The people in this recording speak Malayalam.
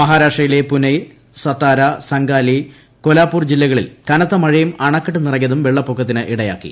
മഹാരാഷ്ട്രയിലെ പൂനെ സത്താര സങ്കാലി കോലാപൂർ ജില്ലകളിൽ കനത്ത മഴയും അണക്കെട്ട് നിറഞ്ഞതും വെള്ളപ്പൊക്കത്തിന് ഇടയാക്കി